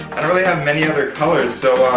i really have many others colors, so